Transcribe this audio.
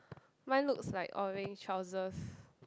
mine looks like orange trousers